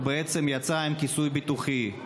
הוא בעצם יצא עם כיסוי ביטוחי.